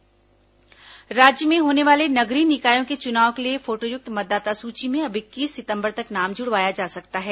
नगरीय निकाय चुनाव राज्य में होने वाले नगरीय निकायों के चुनाव के लिए फोटोयुक्त मतदाता सूची में अब इक्कीस सितंबर तक नाम जुडवाया जा सकता है